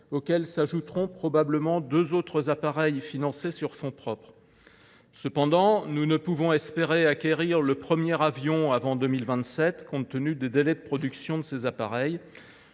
auxquels s’ajouteront probablement deux autres appareils financés sur fonds propres. Cependant, nous ne pouvons pas espérer acquérir le premier avion avant 2027, compte tenu des délais de production de ces appareils.